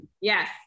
Yes